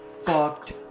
fucked